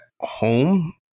home